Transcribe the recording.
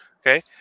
Okay